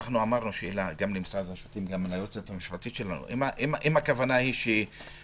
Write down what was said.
שאלה גם למשרד המשפטים וגם ליועצת המשפטית שלנו אם הכוונה שצריך